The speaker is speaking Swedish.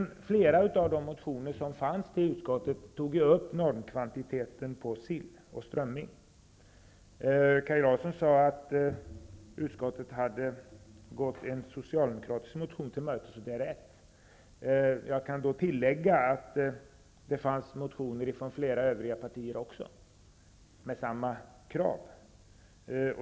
I flera av de motioner som hänvisats till utskottet tog man upp normkvantiteten på sill och strömming. Kaj Larsson sade att utskottet hade gått en socialdemokratisk motion till mötes, och det är riktigt. Jag kan tillägga att det också fanns motioner från flera övriga partier med samma krav.